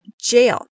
jail